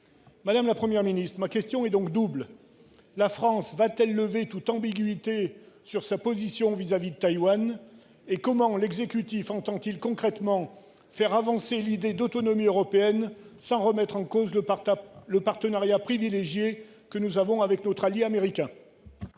Madame la Première ministre, ma question est donc double : la France va-t-elle lever toute ambiguïté sur sa position concernant Taïwan ? Et comment l'exécutif entend-il concrètement faire avancer l'idée d'autonomie européenne sans remettre en cause notre partenariat privilégié avec notre allié américain ?